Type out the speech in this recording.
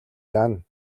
яана